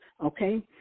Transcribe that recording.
okay